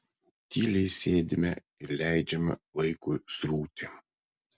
tyliai sėdime ir leidžiame laikui srūti